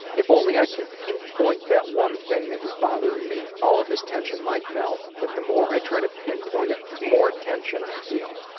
if only i can pinpoint that one thing that is bothering me, all of this tension might melt. but the more i try to pinpoint it, the more tension i feel.